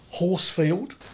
Horsefield